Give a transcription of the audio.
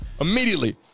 immediately